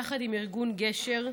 יחד עם ארגון גשר,